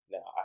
Now